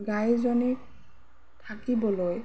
গাইজনীক থাকিবলৈ